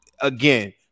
again